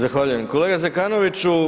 Zahvaljujem kolega Zekanoviću.